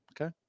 Okay